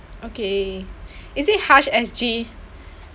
okay is it Hush.sg